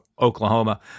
Oklahoma